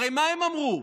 הרי מה הם אמרו?